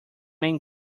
man